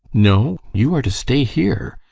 no, you are to stay here.